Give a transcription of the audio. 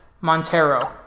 Montero